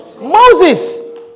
Moses